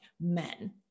Men